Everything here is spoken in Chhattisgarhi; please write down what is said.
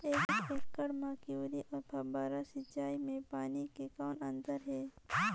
एक एकड़ म क्यारी अउ फव्वारा सिंचाई मे पानी के कौन अंतर हे?